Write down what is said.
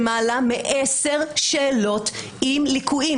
עוד עניין הוא שלא רק שיש לנו לא מעט שאלות לקויות